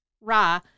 Ra